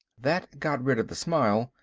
that got rid of the smile,